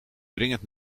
dringend